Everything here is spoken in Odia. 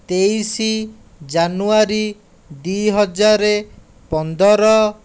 ତେଇଶ ଜାନୁଆରୀ ଦୁଇହଜାର ପନ୍ଦର